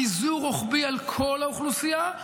פיזור רוחבי על כל האוכלוסייה,